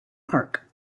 park